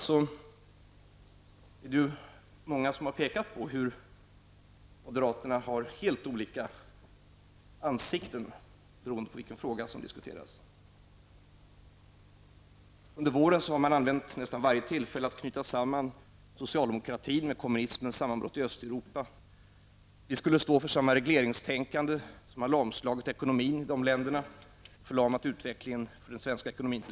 Det är många som har pekat på hur moderaterna har helt olika ansikten beroende på vilken fråga som diskuteras. Under våren har de använt nästan varje tillfälle att knyta samma socialdemokratin med kommunismen och dess sammanbrott i Östeuropa. Vi socialdemokrater skulle stå för samma regleringstänkande som har lamslagit ekonomin i länderna i Östeuropa. Vi skulle t.ex. ha förlamat utvecklingen för den svenska ekonomin.